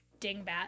dingbat